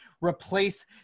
replace